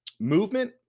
movement,